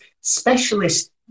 specialist